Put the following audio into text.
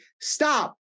stop